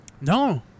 No